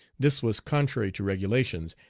this was contrary to regulations,